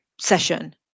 session